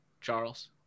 Charles